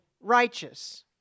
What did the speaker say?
righteous